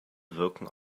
wirkung